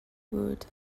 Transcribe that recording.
good